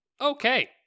okay